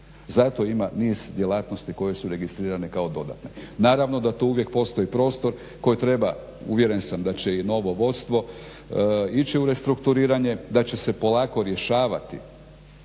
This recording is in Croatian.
Zato ima niz djelatnosti koje su registrirane kao dodatne. Naravno da tu uvijek postoji prostor koji treba uvjeren sam da će i novo vodstvo ići u restrukturiranje, da će se polako rješavati